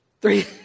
three